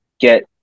get